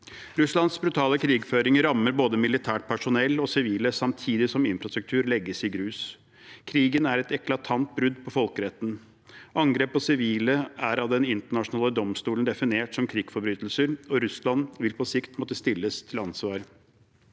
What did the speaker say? Russlands brutale krigføring rammer både militært personell og sivile samtidig som infrastruktur legges i grus. Krigen er et eklatant brudd på folkeretten. Angrep på sivile er av den internasjonale domstolen definert som krigsforbrytelser, og Russland vil på sikt måtte stilles til ansvar.